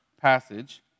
passage